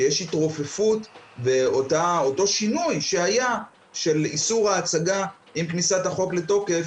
יש התרופפות באותו שינוי שהיה של איסור ההצגה עם כניסת החוק לתוקף.